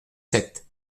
sept